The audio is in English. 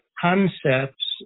concepts